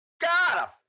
God